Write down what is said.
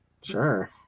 Sure